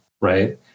right